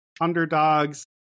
underdogs